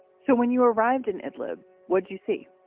so when you arrived in ad-lib, what do you see?